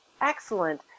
excellent